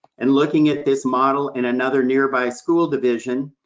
and looking at this model in another nearby school division,